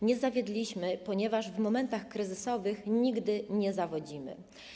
Nie zawiedliśmy, ponieważ w momentach kryzysowych nigdy nie zawodzimy.